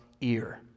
ear